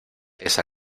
esa